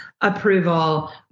approval